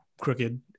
crooked